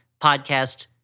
podcast